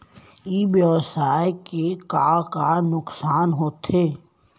ई व्यवसाय के का का नुक़सान होथे?